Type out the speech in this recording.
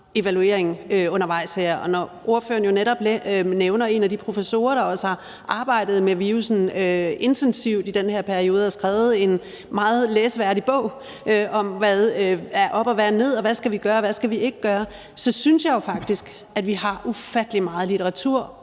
meget undervejs her. Og når ordføreren jo netop nævner en af de professorer, der også har arbejdet med virussen intensivt i den her periode og skrevet en meget læseværdig bog om, hvad der er op og ned i det, og hvad vi skal gøre og ikke gøre, så synes jeg faktisk, at vi har ufattelig meget litteratur